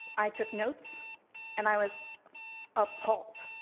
i took notes and i was appalled.